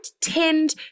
tend